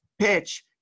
PITCH